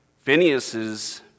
Phineas's